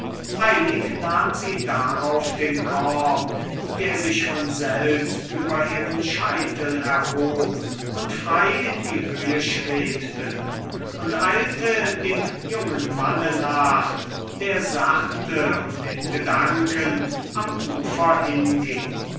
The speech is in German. eilig nahm sie darauf den korb der sich von selbst über ihren scheitel erhob und frei in die höhe schwebte und eilte dem jungen manne nach der sachte und in gedanken am ufer hinging